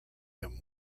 him